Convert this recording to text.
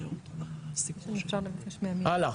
את